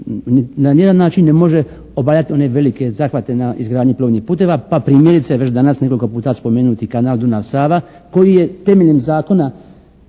na nijedan način ne može obavljati one velike zahvate na izgradnji plovnih puteva, pa primjerice već danas nekoliko puta spomenuti kanal Dunav-Sava koji je temeljem zakona